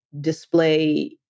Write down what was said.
display